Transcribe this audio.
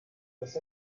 dass